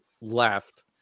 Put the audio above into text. left